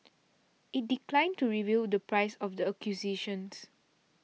it declined to reveal the price of the acquisitions